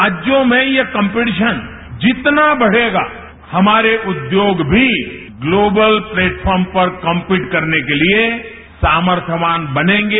राज्यों में ये कॉम्पीटिशन जितना बढ़ेगा हमारे उद्योग भी ग्लोबल प्लेटफार्म पर कम्पीट करने के लिए सामर्थयवान बनेंगे